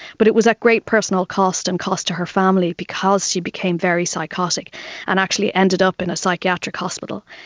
but it was at great personal cost and cost to her family because she became very psychotic and actually ended up in a psychiatric hospital.